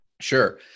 Sure